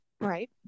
Right